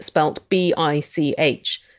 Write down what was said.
spelled b i c h,